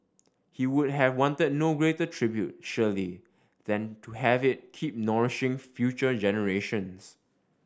he would have wanted no greater tribute surely than to have it keep nourishing future generations